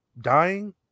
dying